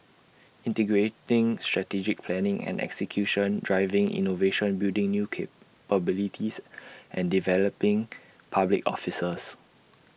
integrating strategic planning and execution driving innovation building new capabilities and developing public officers